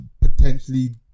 potentially